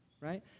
right